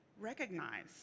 Recognize